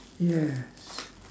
yes